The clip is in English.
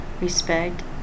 respect